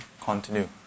continue